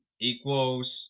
equals